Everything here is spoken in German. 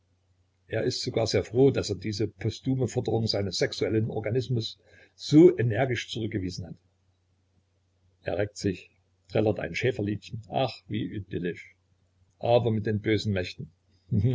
er ist sogar sehr froh daß er diese posthumen forderungen seines sexuellen organismus so energisch zurückgewiesen hat er reckt sich trällert ein schäferliedchen ach wie idyllisch aber mit den bösen mächten